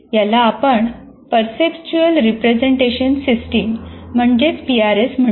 याला आपण perceptual representation system म्हणतो